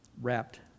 wrapped